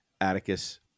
Atticus